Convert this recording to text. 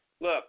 Look